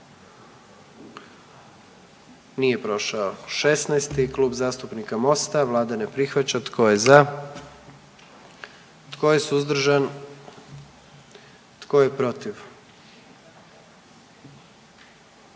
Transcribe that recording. dio zakona. 44. Kluba zastupnika SDP-a, vlada ne prihvaća. Tko je za? Tko je suzdržan? Tko je protiv?